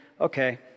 okay